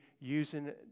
using